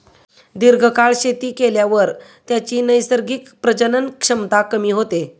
दीर्घकाळ शेती केल्यावर त्याची नैसर्गिक प्रजनन क्षमता कमी होते